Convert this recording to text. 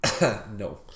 No